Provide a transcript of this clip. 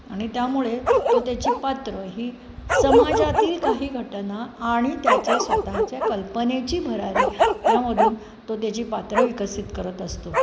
आणि त्यामुळे तो त्याची पात्रं ही समाजातील काही घटना आणि त्याचे स्वतःच्या कल्पनेची भरारी यामधून तो त्याची पात्रं विकसित करत असतो